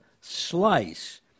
Slice